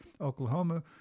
Oklahoma